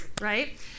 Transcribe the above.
right